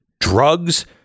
drugs